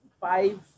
five